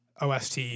OST